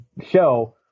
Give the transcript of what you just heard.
show